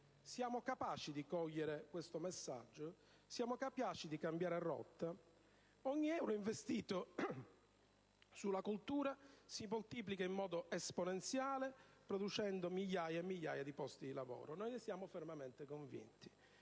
Siamo capaci di cogliere questo messaggio? Siamo capaci di cambiare rotta? Ogni euro investito sulla cultura si moltiplica in modo esponenziale producendo migliaia e migliaia di posti di lavoro. Noi ne siamo fermamente convinti.